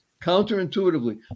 Counterintuitively